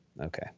Okay